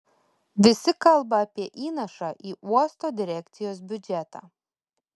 visi kalba apie įnašą į uosto direkcijos biudžetą